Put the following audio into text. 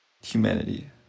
humanity